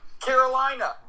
Carolina